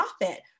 profit